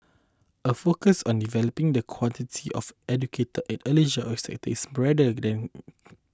a focus on developing the quality of educator in the early sector is brighter than